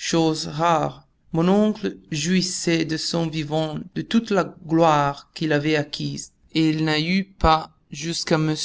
chose rare mon oncle jouissait de son vivant de toute la gloire qu'il avait acquise et il n'y eut pas jusqu'à m